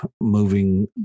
moving